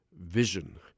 Vision